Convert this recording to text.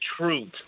truth